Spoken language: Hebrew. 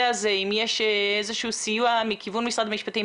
הזה ואם יש איזשהו סיוע מכיוון משרד המשפטים.